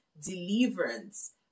deliverance